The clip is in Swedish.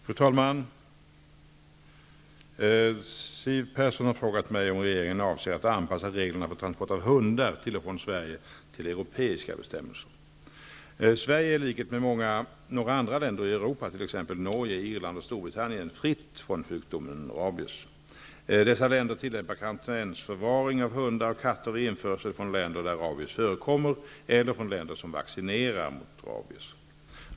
Fru talman! Siw Persson har frågat mig om regeringen avser att anpassa reglerna för transport av hundar till och från Sverige till europeiska bestämmelser. Sverige är i likhet med några andra länder i Europa, t.ex. Norge, Irland och Storbritannien, fritt från sjukdomen rabies. Dessa länder tillämpar karantänsförvaring av hundar och katter vid införsel från länder där rabies förekommer eller från länder som vaccinerar mot rabies.